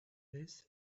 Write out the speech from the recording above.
this